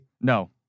No